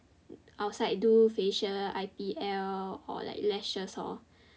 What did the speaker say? outside do facial I_P_L or like lashes hor